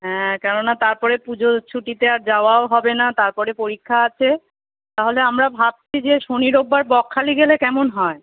হ্যাঁ কেননা তারপরে পুজোর ছুটিতে আর যাওয়াও হবে না তারপরে পরীক্ষা আছে তাহলে আমরা ভাবছি যে শনি রবিবার বকখালি গেলে কেমন হয়